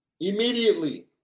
Immediately